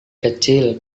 kecil